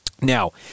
Now